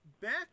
Back